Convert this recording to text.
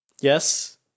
Yes